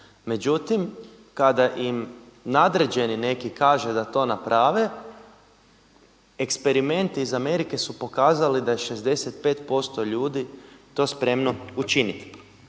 Međutim, kada im nadređeni neki kaže da to naprave eksperimenti iz Amerike su pokazali da je 65% ljudi to spremno učiniti.